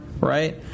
right